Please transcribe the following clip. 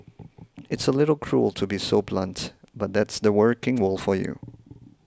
it's a little cruel to be so blunt but that's the working world for you